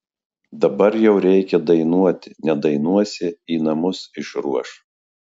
dabar jau reikia dainuoti nedainuosi į namus išruoš